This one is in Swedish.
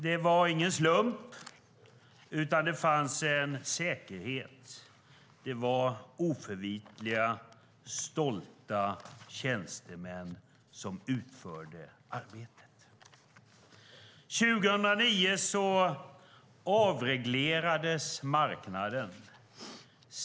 Det var ingen slump, utan det fanns en säkerhet. Det var oförvitliga, stolta tjänstemän som utförde arbetet. År 2009 avreglerades marknaden.